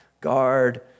guard